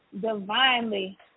divinely